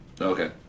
Okay